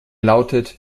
lautet